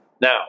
Now